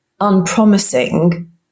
unpromising